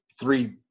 three